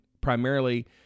primarily